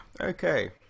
Okay